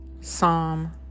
Psalm